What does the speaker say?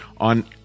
On